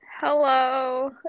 Hello